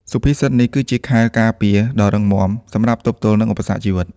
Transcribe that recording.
សុភាសិតនេះគឺជាខែលការពារដ៏រឹងមាំសម្រាប់ទប់ទល់នឹងឧបសគ្គជីវិត។